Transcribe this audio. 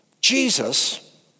Jesus